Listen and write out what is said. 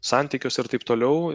santykiuose ir taip toliau